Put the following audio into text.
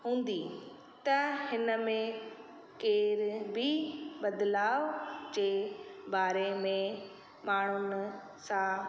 हूंदी त हिन में केर बि बदिलाउ जे बारे में माण्हुनि सां